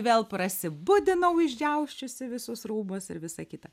vėl prasibudinau išdžiausčiusi visus rūbus ir visa kita